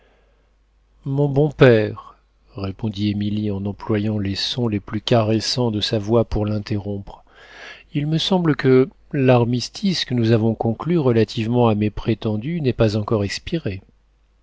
mon bon père répondit émilie en employant les sons les plus caressants de sa voix pour l'interrompre il me semble que l'armistice que nous avons conclu relativement à mes prétendus n'est pas encore expiré